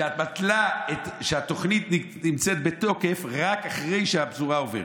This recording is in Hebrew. שאת מתנה שהתוכנית נמצאת בתוקף רק אחרי שהפזורה עוברת.